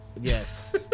Yes